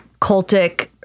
cultic